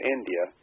India